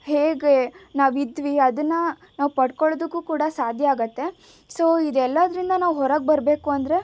ಹೇಗೆ ನಾವು ಇದ್ವಿ ಅದನ್ನು ನಾವು ಪಡ್ಕೊಳೊದಕ್ಕೂ ಕೂಡ ಸಾಧ್ಯ ಆಗತ್ತೆ ಸೊ ಇದೆಲ್ಲದರಿಂದ ನಾವು ಹೊರಗೆ ಬರಬೇಕು ಅಂದರೆ